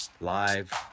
live